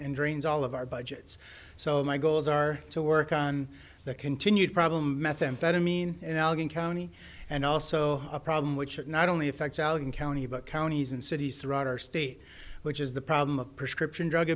and drains all of our budgets so my goals are to work on the continued problem methamphetamine in allegheny county and also a problem which it not only affects allen county but counties and cities throughout our state which is the problem of prescription drug